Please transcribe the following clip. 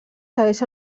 segueix